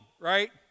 right